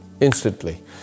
instantly